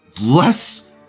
less